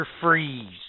Freeze